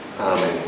Amen